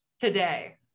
Today